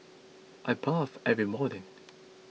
I bathe every morning